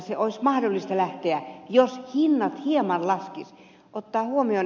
sen olisi mahdollista lähteä jos hinnat hieman laskisivat